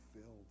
filled